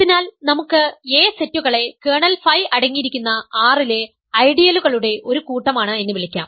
അതിനാൽ നമുക്ക് A സെറ്റുകളെ കേർണൽ ഫൈ അടങ്ങിയിരിക്കുന്ന R ലെ ഐഡിയലുകളുടെ ഒരു കൂട്ടമാണ് എന്ന് വിളിക്കാം